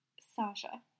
Sasha